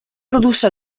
produsse